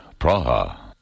Praha